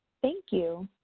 thank you.